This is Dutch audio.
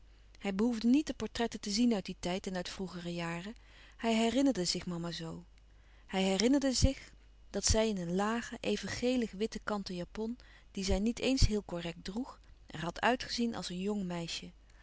hij behoefde niet de portretten te zien uit dien tijd en uit vroegere jaren hij herinnerde zich mama zoo hij herinnerde zich dat zij in een lage louis couperus van oude menschen de dingen die voorbij gaan even gelig witte kanten japon die zij niet eens heel correct droeg er had uitgezien als een jong meisje